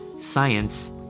science